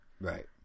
Right